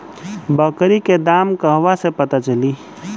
बकरी के दाम कहवा से पता चली?